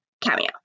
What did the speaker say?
Cameo